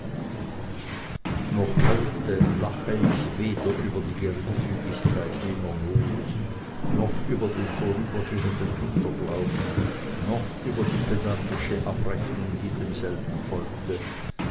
noch heute lache ich weder über die geringfügigkeit jener not noch über den vorübergehenden wunderglauben noch über die pedantische abrechnung die demselben folgte